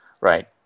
right